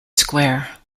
square